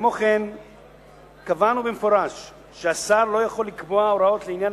כמו כן קבענו במפורש שהשר לא יכול לקבוע הוראות לעניין